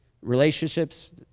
Relationships